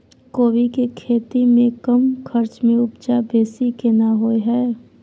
कोबी के खेती में कम खर्च में उपजा बेसी केना होय है?